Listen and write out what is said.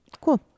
Cool